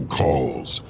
calls